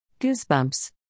Goosebumps